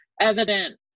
evident